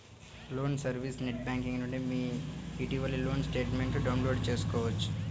loan service net banking నుండి మీ ఇటీవలి లోన్ స్టేట్మెంట్ను డౌన్లోడ్ చేసుకోవచ్చు